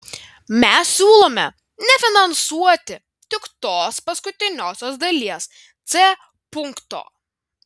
mes siūlome nefinansuoti tik tos paskutiniosios dalies c punkto